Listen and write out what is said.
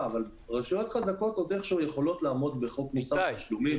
רשויות חזקות עוד יכולות איכשהו לעמוד בחוק מוסר התשלומים,